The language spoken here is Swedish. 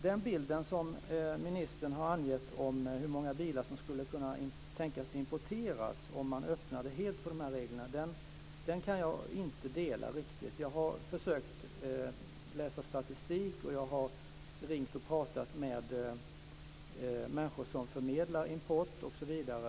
Den bild som ministern har angett om hur många bilar som skulle kunna tänkas importeras om man helt lättade på reglerna kan jag inte riktigt dela. Jag har försökt att läsa statistik, jag har ringt och talat med människor som förmedlar import osv.